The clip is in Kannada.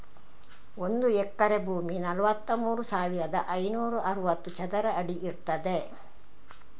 ಒಂದು ಎಕರೆ ಭೂಮಿ ನಲವತ್ತಮೂರು ಸಾವಿರದ ಐನೂರ ಅರವತ್ತು ಚದರ ಅಡಿ ಇರ್ತದೆ